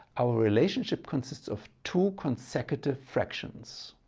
our relationship consists of two consecutive fractions.